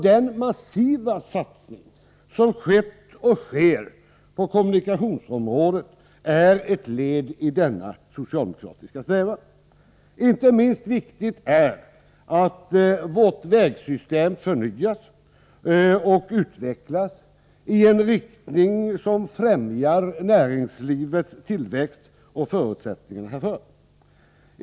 Den massiva satsning som skett och sker på kommunikationsområdet är ett led i denna socialdemokratiska strävan. Inte minst viktigt är att vårt vägsystem förnyas och utvecklas i en riktning som främjar näringslivets tillväxt och förutsättningar härför.